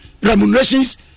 remunerations